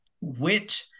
wit